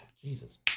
Jesus